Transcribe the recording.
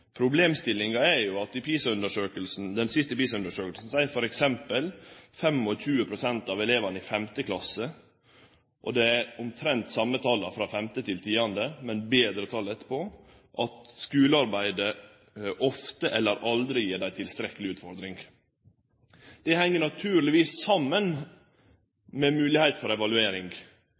den siste PISA-undersøkinga seier f.eks. 25 pst. av elevane i 5. klasse – og det er omtrent dei same tala frå 5. til 10. klasse, men betre tal etterpå – at skulearbeidet ofte eller aldri gir dei tiltrekkeleg utfordring. Det heng naturlegvis saman med moglegheit for evaluering.